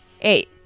Eight